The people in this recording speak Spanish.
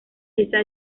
esa